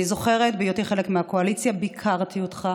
אני זוכרת, בהיותי חלק מהקואליציה ביקרתי אותך,